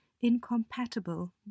incompatible